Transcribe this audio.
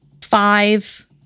five